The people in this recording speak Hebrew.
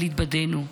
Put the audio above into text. אבל התבדינו.